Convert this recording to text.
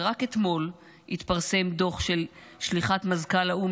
ורק אתמול התפרסם דוח של שליחת מזכ"ל האו"ם